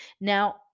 Now